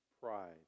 pride